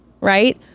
right